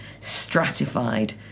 stratified